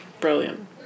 Brilliant